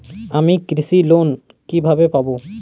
আমি কৃষি লোন কিভাবে পাবো?